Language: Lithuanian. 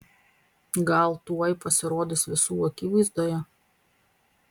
gal tuoj pasirodys visų akivaizdoje